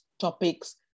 topics